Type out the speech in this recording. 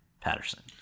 patterson